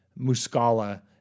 Muscala